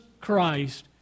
Christ